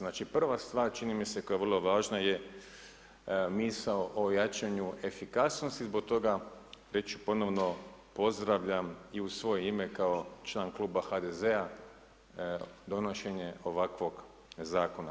Znači prva stvar, čini mi se koja je vrlo važna je misao o jačanju efikasnosti, zbog toga, već ponovno pozdravljam i u svoje ime kao član Kluba HDZ-a donošenje ovakvog zakona.